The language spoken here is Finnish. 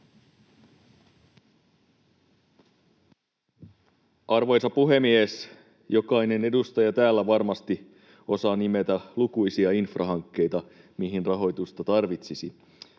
Arvoisa puhemies! Jokainen edustaja täällä varmasti osaa nimetä lukuisia infrahankkeita, mihin tarvitsisi